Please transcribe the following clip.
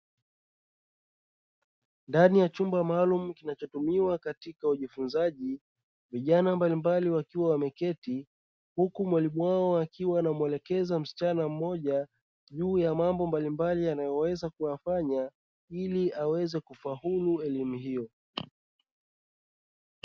Ndani ya chumba maalumu kinachotumiwa katika ujifunzaji, vijana mbalimbali wakiwa wameketi huku mwalimu wao akiwa anamwelekeza msichana mmoja juu ya mambo mbalimbali anayoweza kuyafanya ili aweze kufaulu elimu hiyo.